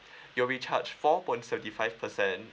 you'll be charged four point seventy five percent